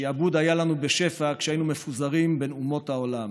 שעבוד היה לנו בשפע כשהיינו מפוזרים בין אומות העולם.